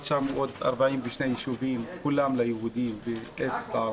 942 ישובים כולם ליהודים ואפס לערבים.